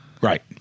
right